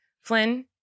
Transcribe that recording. Flynn